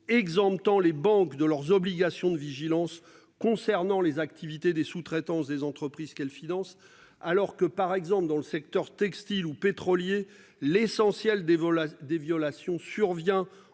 Exemple, tant les banques de leurs obligations de vigilance concernant les activités des sous-traitance des entreprises qu'elle finance alors que par exemple dans le secteur textile ou pétroliers l'essentiel des vols à des violations survient en